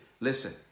Listen